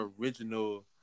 original